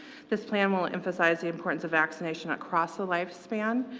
this plan will emphasize the importance of vaccination across the lifespan,